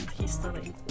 history